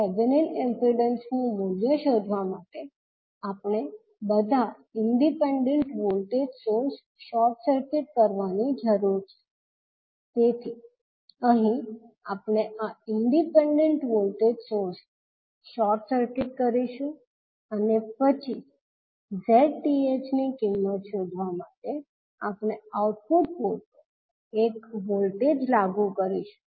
Thevenin ઇમ્પિડન્સનું મૂલ્ય શોધવા માટે આપણે બધા independent voltage source short circuit કરવાની જરૂર છે તેથી અહીં આપણે આ ઇંડિપેન્ડન્ટ વોલ્ટેજ સોર્સને શોર્ટ સર્કિટ કરીશું અને પછી 𝑍𝑇ℎ ની કિંમત શોધવા માટે આપણે આઉટપુટ પોર્ટ પર એક વોલ્ટેજ લાગુ કરીશું